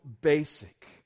basic